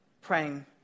praying